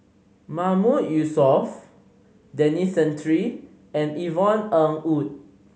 Mahmood Yusof Denis Santry and Yvonne Ng Uhde